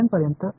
पर्यंत काय आहेत